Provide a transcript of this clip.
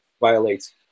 violates